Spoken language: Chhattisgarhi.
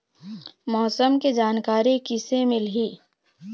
मौसम के जानकारी किसे मिलही?